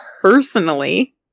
personally